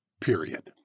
period